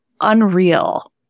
unreal